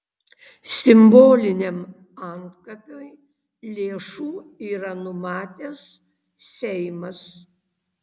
simboliniam antkapiui lėšų yra numatęs seimas